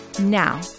now